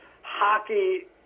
hockey